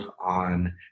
on